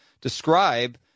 describe